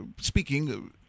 speaking